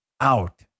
out